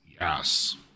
Yes